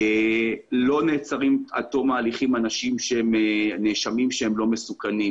לא נעצרים עד תום הליכים נאשמים שהם לא מסוכנים.